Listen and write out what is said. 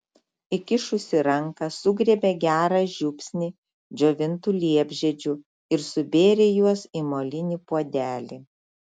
įkišusi ranką sugriebė gerą žiupsnį džiovintų liepžiedžių ir subėrė juos į molinį puodelį